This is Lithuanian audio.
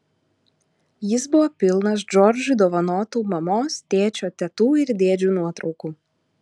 jis buvo pilnas džordžui dovanotų mamos tėčio tetų ir dėdžių nuotraukų